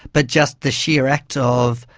but just the sheer act of,